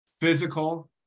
physical